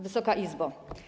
Wysoka Izbo!